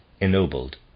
ennobled